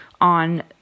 on